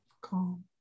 Calm